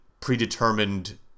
predetermined